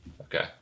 Okay